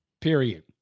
Period